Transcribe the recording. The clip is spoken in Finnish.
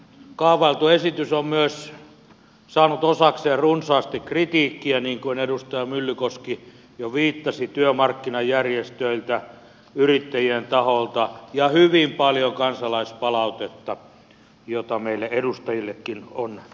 kaavailtu esitys on saanut osakseen runsaasti kritiikkiä niin kuin edustaja myllykoski jo viittasi myös työmarkkinajärjestöiltä yrittäjien taholta ja hyvin paljon kansalaispalautetta jota meille edustajillekin on tullut